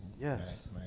Yes